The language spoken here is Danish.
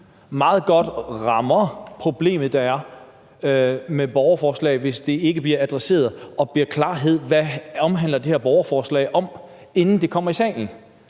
meget godt indrammer det problem, der er med borgerforslag, hvis det ikke bliver adresseret og der ikke kommer klarhed over, hvad borgerforslaget omhandler, inden det kommer i salen.